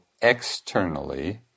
externally